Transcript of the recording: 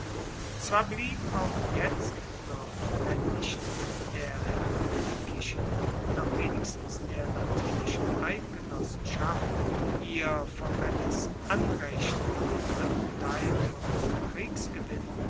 zwar blieb auch jetzt noch wenn nicht der hernikischen doch wenigstens der latinischen eidgenossenschaft ihr formelles anrecht auf den dritten teil von kriegsgewinn